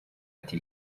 ati